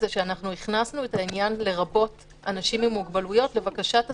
הכנסנו את העניין לרבות אנשים עם מוגבלויות לבקשת הסנגוריה,